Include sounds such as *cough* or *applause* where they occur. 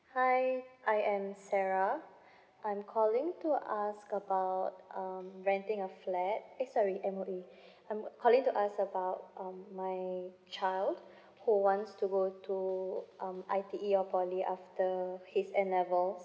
hi I am sarah I'm calling to ask about um renting a flat eh sorry M_O_E *breath* I'm calling to ask about um my child who wants to go to um I_T_E or poly after his n levels